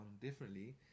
differently